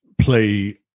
play